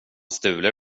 stulit